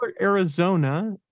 Arizona